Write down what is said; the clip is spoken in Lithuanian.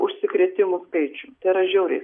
užsikrėtimų skaičių tai yra žiauriai